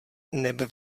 neb